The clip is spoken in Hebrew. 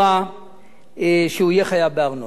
הוא יהיה חייב בארנונה.